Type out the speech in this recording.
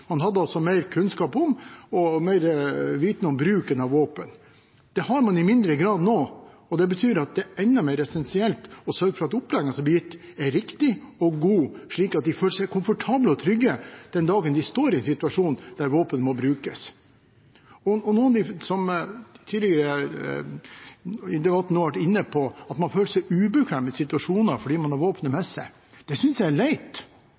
Man hadde altså mer kunnskap og mer viten om bruken av våpen. Det har man i mindre grad nå. Det betyr at det er enda mer essensielt å sørge for at opplæringen som blir gitt, er riktig og god, slik at de føler seg komfortable og trygge den dagen de står i en situasjon der våpen må brukes. Noen har tidligere i debatten vært inne på at man føler seg ubekvem i situasjoner fordi man har våpenet med seg. Det synes jeg er leit,